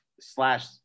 slash